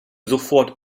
sofort